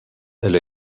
elle